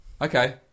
okay